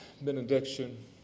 benediction